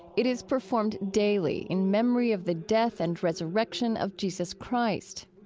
it is performed daily in memory of the death and resurrection of jesus christ.